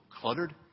cluttered